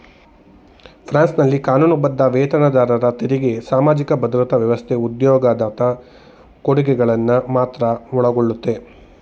ಫ್ರಾನ್ಸ್ನಲ್ಲಿ ಕಾನೂನುಬದ್ಧ ವೇತನದಾರರ ತೆರಿಗೆ ಸಾಮಾಜಿಕ ಭದ್ರತಾ ವ್ಯವಸ್ಥೆ ಉದ್ಯೋಗದಾತ ಕೊಡುಗೆಗಳನ್ನ ಮಾತ್ರ ಒಳಗೊಳ್ಳುತ್ತೆ